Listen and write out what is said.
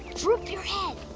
droop your head.